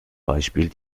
beispiel